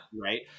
right